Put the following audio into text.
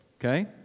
Okay